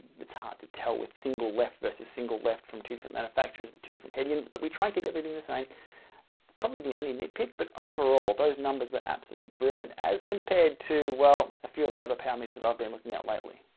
it's hard to tell with single left versus single left from two different manufacturers with two different head units but we try and keep everything the same probably the only nitpick, but overall those numbers were absolutely brilliant as compared to, well, a few of the other power meters that i've been looking at lately.